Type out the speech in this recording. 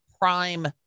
prime